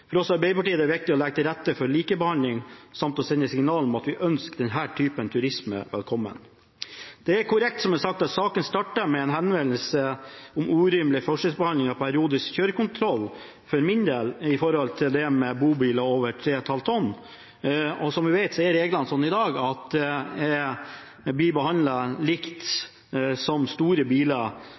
For oss i Arbeiderpartiet er det viktig å legge til rette for likebehandling samt å sende et signal om at vi ønsker denne typen turisme velkommen. Det er korrekt, det som er sagt: Saken startet med en henvendelse om urimelig forskjellsbehandling av periodisk kjøretøykontroll, PKK, for min del når det gjelder bobiler over 3,5 tonn. Som vi vet, er reglene i dag sånn at de i dag blir behandlet likt med store biler